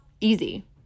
easy